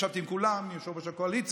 ישבתי עם כולם, מיושב-ראש הקואליציה,